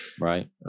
Right